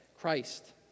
Christ